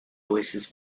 oasis